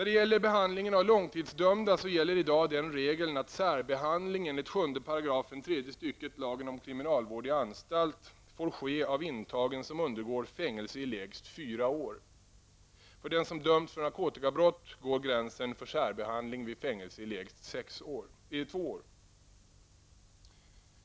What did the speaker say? Beträffande behandlingen av långtidsdömda gäller i dag den regeln att särbehandling enligt 7 § tredje stycket lagen om kriminalvård i anstalt får ske av intagen som undergår fängelse i lägst fyra år. För den som dömts för narkotikabrott går gränsen för särbehandling vid fängelse i lägst två år.